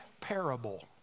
parable